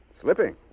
Slipping